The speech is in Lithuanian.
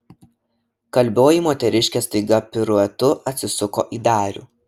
kalbioji moteriškė staiga piruetu atsisuko į darių